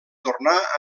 tornar